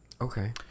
Okay